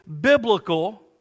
biblical